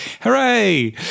Hooray